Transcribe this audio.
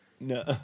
No